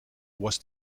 was